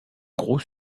gros